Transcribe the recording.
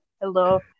Hello